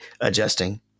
adjusting